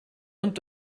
und